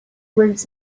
waves